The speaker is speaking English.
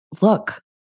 look